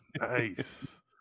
Nice